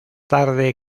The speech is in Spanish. tarde